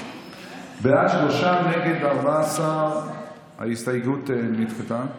בעד, שלושה, נגד, 14. ההסתייגות נדחתה.